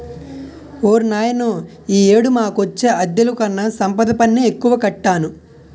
ఓర్నాయనో ఈ ఏడు మాకొచ్చే అద్దెలుకన్నా సంపద పన్నే ఎక్కువ కట్టాను